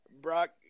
Brock